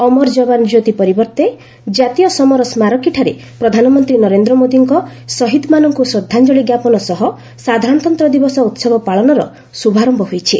ଅମର ଯବାନ କ୍ୟୋତି ପରିବର୍ତ୍ତେ ଜାତୀୟ ସମର ସ୍କାରକୀଠାରେ ପ୍ରଧାନମନ୍ତ୍ରୀ ନରେନ୍ଦ୍ର ମୋଦିଙ୍କ ଶହୀଦ୍ମାନଙ୍କୁ ଶ୍ରଦ୍ଧାଞ୍ଚଳି ଜ୍ଞାପନ ସହ ସାଧାରଣତନ୍ତ୍ର ଦିବସ ଉତ୍ସବ ପାଳନର ଶ୍ରଭାରମ୍ଭ ହୋଇଛି